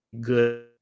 good